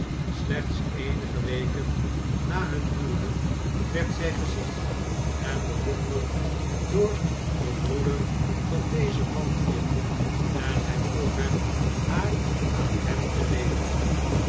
slechts eenige weken na hun huwelijk werd zij gezien enbewonderd door den broeder van dezen man hier en hj vroeg hem haar aan hem te leenen